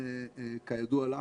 כידוע לך,